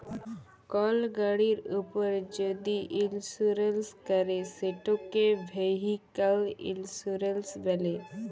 call গাড়ির উপর যদি ইলসুরেলস ক্যরে সেটকে ভেহিক্যাল ইলসুরেলস ব্যলে